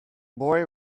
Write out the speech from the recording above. boy